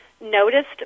noticed